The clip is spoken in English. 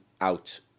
out